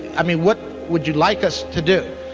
i mean, what would you like us to do?